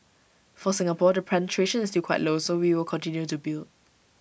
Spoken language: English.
for Singapore the penetration is still quite low so we will continue to build